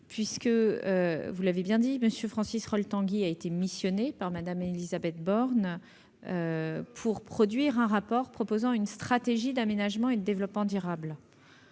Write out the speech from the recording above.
monsieur le sénateur, M. Francis Rol-Tanguy a été missionné par Mme Élisabeth Borne pour produire un rapport proposant une stratégie d'aménagement et de développement durable.